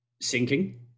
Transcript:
sinking